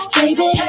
baby